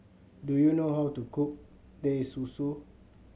do you know how to cook Teh Susu